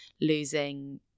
losing